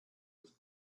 was